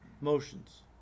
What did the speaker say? motions